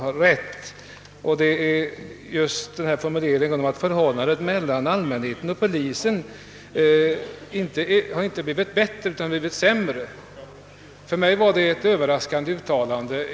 Jag tänker på hennes påstående att förhållandet mellan allmänheten och polisen inte har blivit bättre utan snarare sämre. För mig var det ett överraskande uttalande.